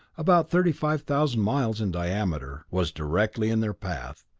about thirty five thousand miles in diameter, was directly in their path,